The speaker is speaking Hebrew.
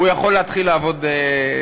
הוא יכול להתחיל לעבוד בבית-חולים.